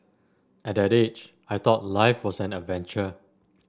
at that age I thought life was an adventure